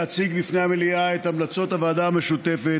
להציג בפני המליאה את המלצות הוועדה המשותפת